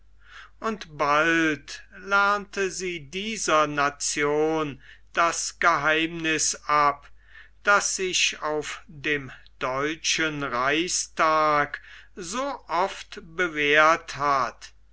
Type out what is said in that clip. und bald lernte sie dieser nation das geheimniß ab das sich auf dem deutschen reichstage so oft bewährt hat